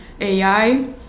AI